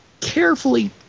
carefully